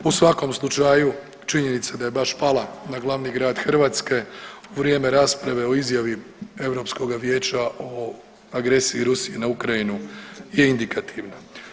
U svakom slučaju činjenica da je baš pala na glavni grad Hrvatske u vrijeme rasprave o izjavi Europskoga vijeća o agresiji Rusije na Ukrajinu je indikativna.